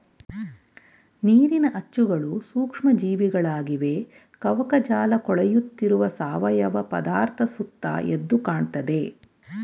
ನೀರಿನ ಅಚ್ಚುಗಳು ಸೂಕ್ಷ್ಮ ಜೀವಿಗಳಾಗಿವೆ ಕವಕಜಾಲಕೊಳೆಯುತ್ತಿರುವ ಸಾವಯವ ಪದಾರ್ಥ ಸುತ್ತ ಎದ್ದುಕಾಣ್ತದೆ